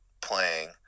playing